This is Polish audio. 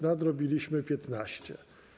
Nadrobiliśmy 15.